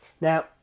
now